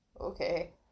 Okay